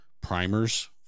primers